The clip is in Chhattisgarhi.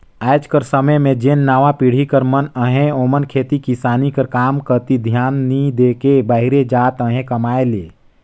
आएज कर समे में जेन नावा पीढ़ी कर मन अहें ओमन खेती किसानी कर काम कती धियान नी दे के बाहिरे जात अहें कमाए ले